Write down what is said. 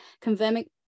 confirming